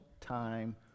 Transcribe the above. time